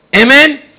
amen